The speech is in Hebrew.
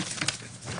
11:21)